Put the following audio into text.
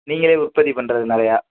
நீங்களே உற்பத்தி பண்ணுறதுனாலயா